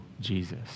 Jesus